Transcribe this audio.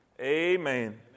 Amen